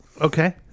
Okay